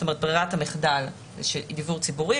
ברירת המחדל היא דיוור ציבורי,